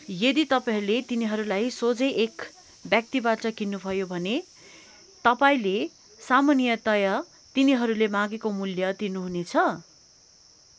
यदि तपाईँहरूले तिनीहरूलाई सोझै एक व्यक्तिबाट किन्नुभयो भने तपाईँले सामान्यतया तिनीहरूले मागेको मूल्य तिर्नुहुनेछ